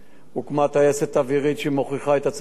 נוספו מאות לוחמי אש,